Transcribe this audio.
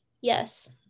Yes